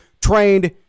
trained